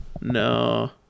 No